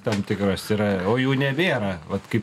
tam tikros yra o jų nevėra vat kaip